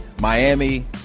Miami